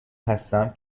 هستم